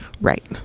Right